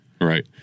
Right